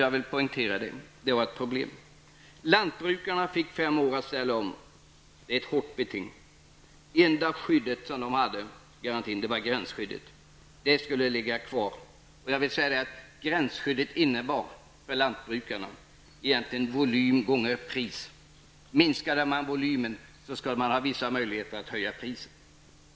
Jag vill poängtera att detta var ett problem. Lantbrukarna fick fem år på sig för omställningen. Det var ett hårt besked. Det enda skydd som de hade var gränsskyddet, som skulle ligga kvar. Gränsskyddet för lantbrukarna kunde sägas bygga på principen volym gånger pris. Minskade man volymen, skulle man ha vissa möjligheter att höja priset.